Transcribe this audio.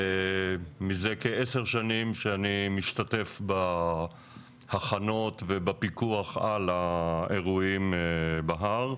מזה כעשר שנים שאני משתתף בהכנות ובפיקוח על האירועים בהר.